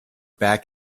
back